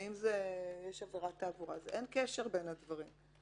אם יש עבירת תעבורה אין קשר בין הדברים.